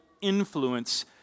influence